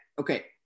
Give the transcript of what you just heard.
okay